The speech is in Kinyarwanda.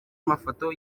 amafoto